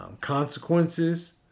consequences